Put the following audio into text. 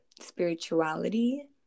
spirituality